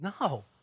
No